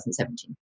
2017